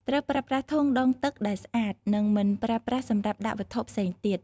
ត្រូវប្រើប្រាស់ធុងដងទឹកដែលស្អាត និងមិនប្រើប្រាស់សម្រាប់ដាក់វត្ថុផ្សេងទៀត។